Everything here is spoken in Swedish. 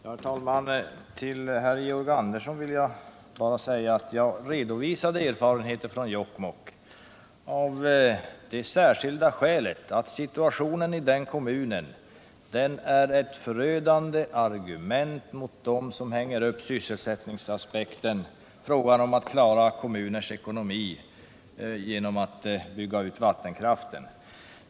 Herr talman! Till Georg Andersson vill jag bara säga att jag redovisade erfarenheter från Jokkmokk av det särskilda skälet att situationen i den kommunen är ett förödande argument mot dem som på vattenkraften hänger upp sysselsättningsproblemet och frågan om hur man skall klara kommunens ekonomi.